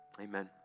Amen